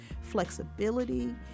flexibility